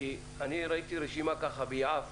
עברתי ביעף